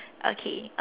okay